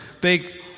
big